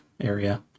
area